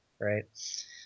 Right